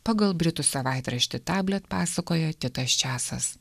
pagal britų savaitraštį tablet pasakoja titas česas